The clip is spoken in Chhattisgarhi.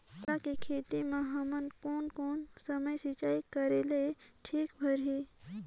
पाला के खेती मां हमन कोन कोन समय सिंचाई करेले ठीक भराही?